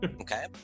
okay